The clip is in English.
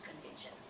convention